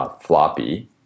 floppy